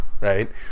Right